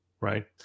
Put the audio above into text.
right